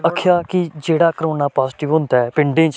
आखेआ की जेह्ड़ा कोरोना पाजटिव होंदा ऐ पिंडें च